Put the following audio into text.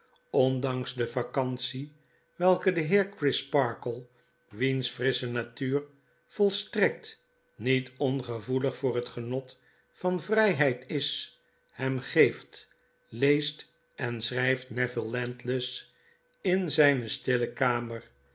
ondanks de vacantie welke de heer crisparkle wiens frissche natuur volstrekt niet ongevoelig voor het genot van vryheid is hem geeft leest en schry ft neville landless in zijne stille kamer